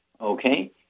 okay